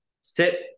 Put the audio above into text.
sit